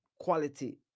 Quality